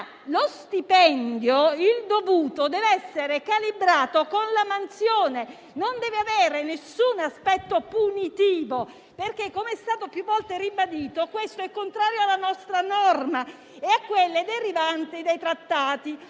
lo stipendio deve essere calibrato alla mansione e non deve avere alcun aspetto punitivo. Come è stato più volte ribadito, infatti, questo è contrario alla nostra norma e a quelle derivanti dai trattati,